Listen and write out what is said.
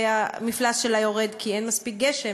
והמפלס שלה יורד כי אין מספיק גשם.